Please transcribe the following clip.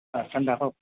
দা কওক